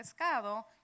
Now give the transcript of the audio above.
pescado